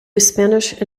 spanish